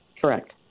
Correct